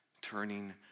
turning